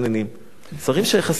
נא לסיים.